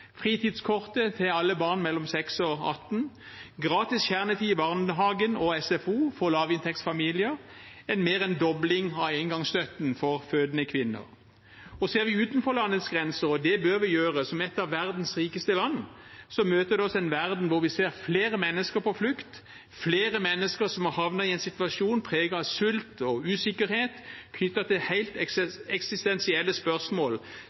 fritidskortet til alle barn mellom 6 og 18 år, gratis kjernetid i barnehagen og SFO for lavinntektsfamilier, og mer enn en dobling av engangsstøtten for fødende kvinner. Ser vi utenfor landets grenser – og det bør vi gjøre, som et av verdens rikeste land – møter det oss en verden hvor vi ser flere mennesker på flukt, flere mennesker som har havnet i en situasjon preget av sult og usikkerhet knyttet til helt eksistensielle spørsmål,